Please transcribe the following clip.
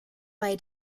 bei